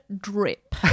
drip